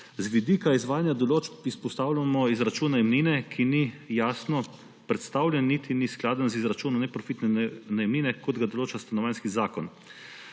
Z vidika izvajanja določb izpostavljamo izračun najemnine, ki ni jasno predstavljen niti ni skladen z izračunom neprofitne najemnine, kot ga določa Stanovanjski zakon.